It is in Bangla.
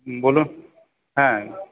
বলুন হ্যাঁ